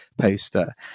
poster